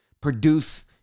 produce